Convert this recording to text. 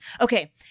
Okay